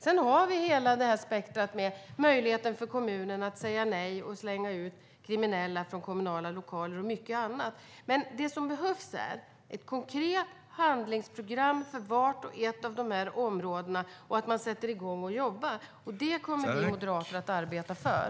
Sedan har vi hela spektrumet med möjligheten för kommunen att säga nej och slänga ut kriminella från kommunala lokaler och mycket annat. Men det som behövs är ett konkret handlingsprogram för vart och ett av de här områdena och att man sätter igång och jobbar. Det kommer vi moderater att arbeta för.